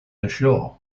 ashore